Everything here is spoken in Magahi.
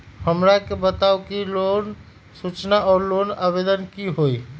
हमरा के बताव कि लोन सूचना और लोन आवेदन की होई?